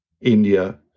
India